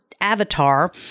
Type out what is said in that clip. avatar